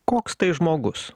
koks tai žmogus